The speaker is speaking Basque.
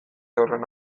horren